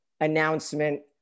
announcement